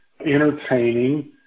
entertaining